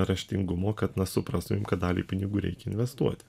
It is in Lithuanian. raštingumo kad na suprastumėm kad dalį pinigų reikia investuoti